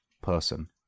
person